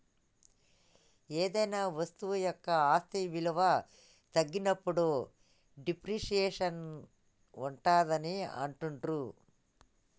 ఏదైనా వస్తువు యొక్క ఆస్తి విలువ తగ్గినప్పుడు డిప్రిసియేషన్ ఉంటాదని అంటుండ్రు